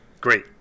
great